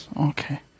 okay